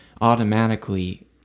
automatically